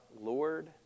lord